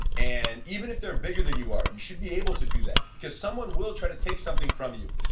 and even if they're bigger than you are, you should be able to do that because someone will try to take something from you,